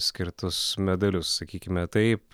skirtus medalius sakykime taip